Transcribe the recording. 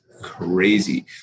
crazy